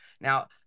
Now